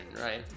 right